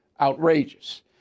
outrageous